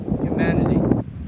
humanity